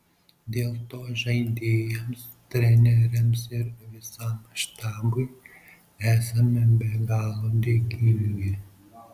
dėl to žaidėjams treneriams ir visam štabui esame be galo dėkingi